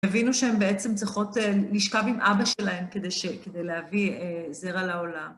הבינו שהן בעצם צריכות לשכב עם אבא שלהן כדי להביא זרע לעולם.